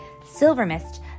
Silvermist